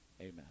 Amen